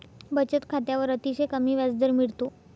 बचत खात्यावर अतिशय कमी व्याजदर मिळतो